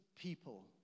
people